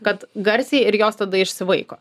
kad garsiai ir jos tada išsivaiko